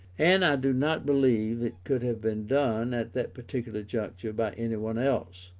and i do not believe it could have been done, at that particular juncture, by any one else.